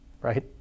Right